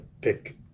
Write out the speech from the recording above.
pick